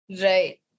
Right